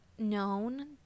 known